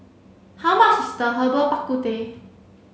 how much is the Herbal Bak Ku Teh